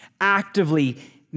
actively